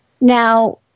Now